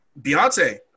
Beyonce